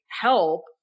help